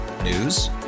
News